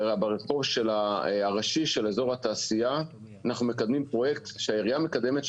ברחוב הראשי של אזור התעשייה אנחנו מקדמים פרויקט שהעירייה מקדמת,